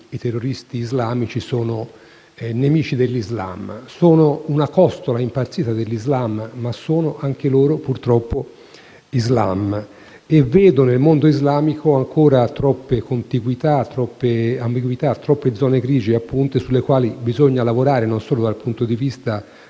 i terroristi islamici sono nemici dell'Islam. Sono una costola impazzita dell'Islam, ma sono anche loro, purtroppo, Islam. E vedo nel mondo islamico ancora troppe contiguità, troppe ambiguità, troppe zone grigie sulle quali bisogna lavorare non solo dal punto di vista